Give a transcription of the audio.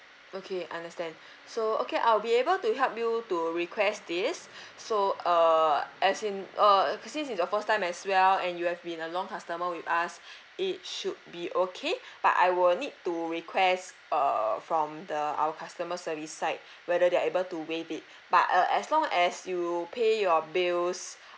okay understand so okay I'll be able to help you to request this so uh as in uh cause this is your first time as well and you have been a long customer with us it should be okay but I will need to request uh from the our customer service side whether they are able to waive it but uh as long as you pay your bills